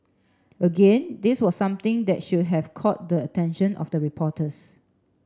again this was something that should have caught the attention of the reporters